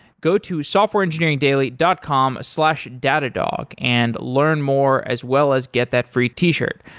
go to softwareengineeringdaily dot com slash datadog and learn more as well as get that free t-shirt.